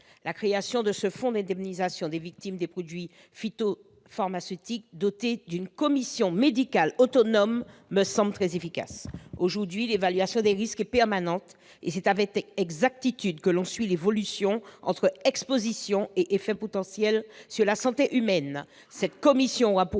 La création de ce fonds d'indemnisation des victimes des produits phytopharmaceutiques, assorti d'une commission médicale autonome, me semble très efficace. Aujourd'hui, l'évaluation des risques est permanente, et c'est avec exactitude que l'on suit l'évolution entre exposition et effets potentiels sur la santé humaine. Cette commission aura pour